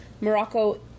Morocco